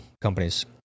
companies